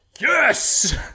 yes